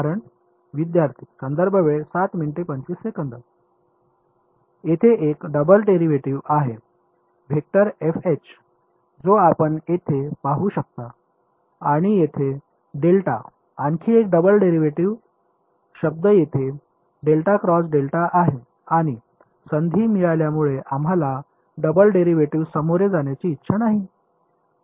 विद्यार्थी येथे एक डबल डेरिव्हेटिव्ह्ज आहे जो आपण येथे पाहू शकता आणि येथे आणखी एक डबल डेरिव्हेटिव्ह शब्द येथे आहे आणि संधी मिळाल्यामुळे आम्हाला डबल डेरिव्हेटिव्ह्ज सामोरे जाण्याची इच्छा नाही